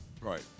Right